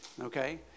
okay